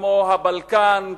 כמו הבלקן,